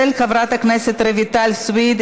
של חברת הכנסת רויטל סויד,